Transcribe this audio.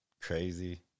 crazy